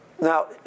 Now